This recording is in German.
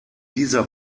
dieser